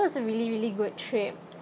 ~at's a really really good trip